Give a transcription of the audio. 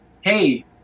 hey